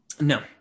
No